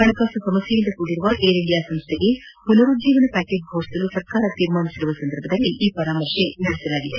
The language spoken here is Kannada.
ಹಣಕಾಸು ಸಮಸ್ಲೆಯಿಂದ ಕೂಡಿರುವ ಏರ್ ಇಂಡಿಯಾ ಸಂಸ್ಟೆಗೆ ಪುನರುಜ್ಲೇವನ ಪ್ಲಾಕೇಜ್ ಘೋಷಿಸಲು ಸರ್ಕಾರ ನಿರ್ಧರಿಸಿರುವ ಸಂದರ್ಭದಲ್ಲೇ ಈ ಪರಾಮರ್ಶೆ ನಡೆಸಲಾಗಿದೆ